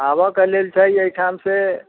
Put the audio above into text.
आबऽके लेल छै एहिठाम से